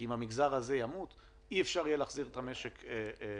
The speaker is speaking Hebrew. כי אם המגזר הזה ימות אי אפשר יהיה להחזיר את המשק לפעילות.